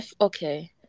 okay